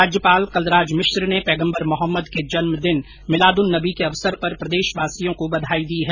राज्यपाल कलराज मिश्र ने पैगम्बर मोहम्मद के जन्म दिन मिलाद उन नबी के अवसर पर प्रदेशवासियों को बधाई दी है